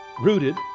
rooted